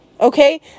Okay